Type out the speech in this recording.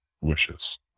wishes